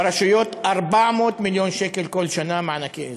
לרשויות, 400 מיליון שקל כל שנה למענקי איזון.